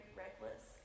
reckless